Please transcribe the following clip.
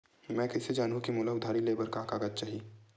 मैं कइसे जानहुँ कि मोला उधारी ले बर का का कागज चाही?